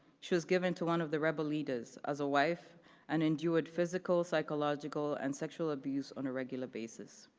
she was given to one of the rebel leaders as a wife and endured physical, psychological, and sexual abuse on a regular basis.